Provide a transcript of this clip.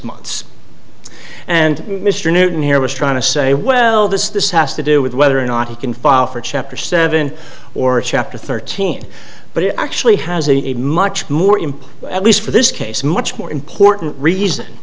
months and mr newton here was trying to say well this this has to do with whether or not he can file for chapter seven or chapter thirteen but it actually has a much more important least for this case much more important reason